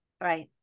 Right